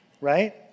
Right